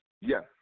Yes